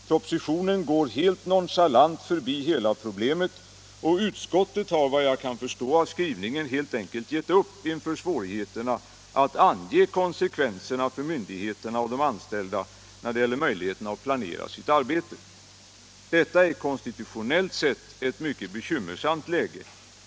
Propositionen går helt nonchalant förbi hela problemet, och utskottet har, efter vad jag kan förstå av skrivningen, helt enkelt gett upp inför svårigheterna att ange konsekvenserna för myndigheterna och de anställda när det gäller möjligheterna att planera sitt arbete. Detta är konstitutionellt sett ett mycket bekymmersamt läge.